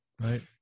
Right